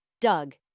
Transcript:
Doug